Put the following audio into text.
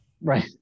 Right